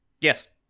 Yes